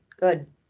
Good